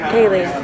Kaylee